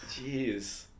jeez